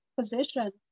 position